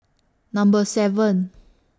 Number seven